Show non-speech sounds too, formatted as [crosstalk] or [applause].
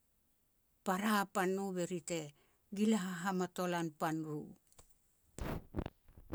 Para pan no be ri te gil hahamatolan pan ro. [noise]